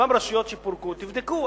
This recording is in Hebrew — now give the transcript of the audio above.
אותן רשויות שפורקו, תבדקו.